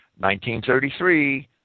1933